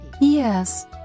Yes